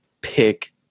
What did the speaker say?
pick